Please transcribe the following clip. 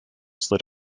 slid